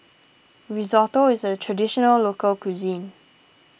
Risotto is a Traditional Local Cuisine